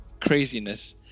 craziness